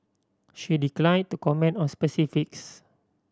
she declined to comment on specifics